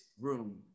room